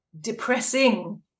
depressing